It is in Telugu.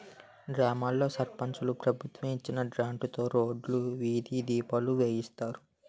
గ్రామాల్లో సర్పంచు ప్రభుత్వం ఇచ్చిన గ్రాంట్లుతో రోడ్లు, వీధి దీపాలు వేయిస్తారు